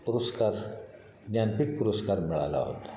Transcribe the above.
पुरस्कार ज्ञानपीठ पुरस्कार मिळाला होता